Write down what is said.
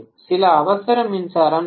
சில அவசர மின்சாரம் தேவை